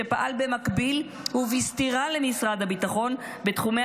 שפעל במקביל ובסתירה למשרד הביטחון בתחומי